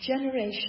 generation